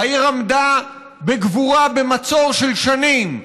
העיר עמדה בגבורה במצור של שנים,